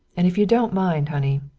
and if you don't mind, honey,